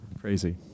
crazy